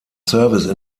service